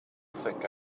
think